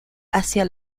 hacia